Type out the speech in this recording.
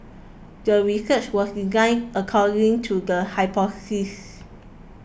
the research was designed according to the hypothesis